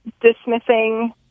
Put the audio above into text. dismissing